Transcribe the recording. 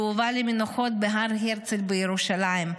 והובא למנוחות בהר הרצל בירושלים,